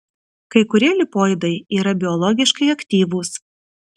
kai kurie lipoidai yra biologiškai aktyvūs